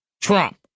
Trump